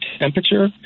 temperature